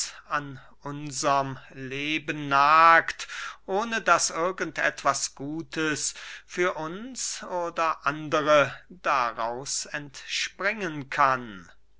an unserm leben nagt ohne daß irgend etwas gutes für uns oder andere daraus entspringen kann